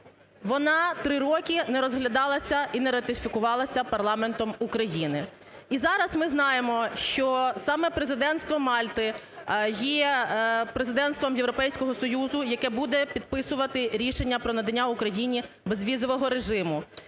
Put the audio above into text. вона три роки не розглядалася і не ратифікувалася парламентом України? І зараз ми знаємо, що саме президентство Мальти є президентством Європейського Союзу, яке буде підписувати рішення про надання Україні безвізового режиму,